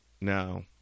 Now